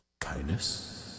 kindness